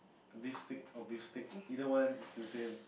a beef stick or beef stick either one it's the same